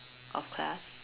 of class